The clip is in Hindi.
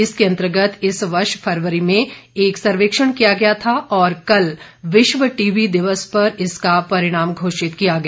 इसके अंतर्गत इस वर्ष फरवरी में एक सर्वेक्षण किया गया था और कल विश्व टीबी दिवस पर इसका परिणाम घोषित किया गया